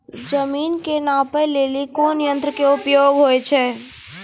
जमीन के नापै लेली कोन यंत्र के उपयोग होय छै?